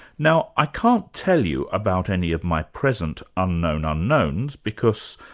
now, i can't tell you about any of my present unknown unknowns because,